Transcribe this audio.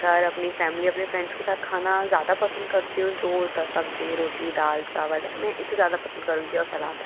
अपने घर अपनी फैमिली अपने फ़्रेंड्स के साथ खाना ज़्यादा पसंद करती हूँ जो होता सब्जी रोटी दाल चावल है मैं इसे ज़्यादा पसंद करूंगी और सलाद